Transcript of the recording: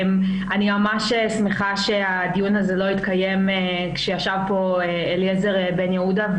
אני ממש שמחה שהדיון לא התקיים כשישב פה אליעזר בן יהודה,